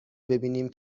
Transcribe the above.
ببینیم